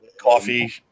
coffee